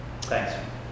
thanks